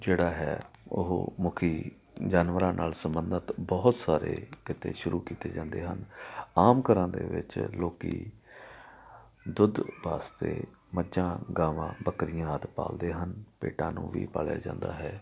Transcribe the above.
ਜਿਹੜਾ ਹੈ ਉਹ ਮੁਖੀ ਜਾਨਵਰਾਂ ਨਾਲ ਸੰਬੰਧਿਤ ਬਹੁਤ ਸਾਰੇ ਕਿੱਤੇ ਸ਼ੁਰੂ ਕੀਤੇ ਜਾਂਦੇ ਹਨ ਆਮ ਘਰਾਂ ਦੇ ਵਿੱਚ ਲੋਕ ਦੁੱਧ ਵਾਸਤੇ ਮੱਝਾਂ ਗਾਵਾਂ ਬੱਕਰੀਆਂ ਆਦਿ ਪਾਲਦੇ ਹਨ ਭੇਡਾਂ ਨੂੰ ਵੀ ਪਾਲਿਆ ਜਾਂਦਾ ਹੈ